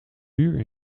muur